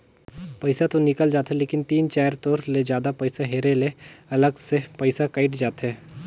पइसा तो निकल जाथे लेकिन तीन चाएर तोर ले जादा पइसा हेरे ले अलग से पइसा कइट जाथे